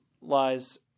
lies